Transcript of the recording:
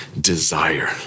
desire